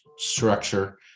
structure